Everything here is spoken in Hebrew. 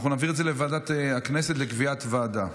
אנחנו נעביר את זה לוועדת הכנסת לקביעת ועדה.